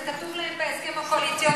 זה כתוב להם בהסכם הקואליציוני.